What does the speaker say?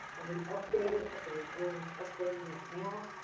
and we updated. i believe earn is updating that now.